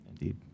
indeed